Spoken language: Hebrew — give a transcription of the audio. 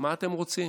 מה אתם רוצים?